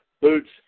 boots